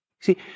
see